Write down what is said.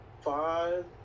five